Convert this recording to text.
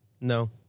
No